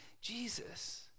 Jesus